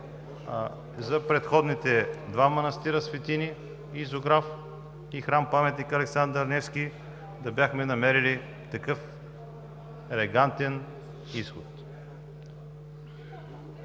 за предходните два манастира-светини – „Зограф“ и храм-паметник „Александър Невски“, да бяхме намерили такъв елегантен изход.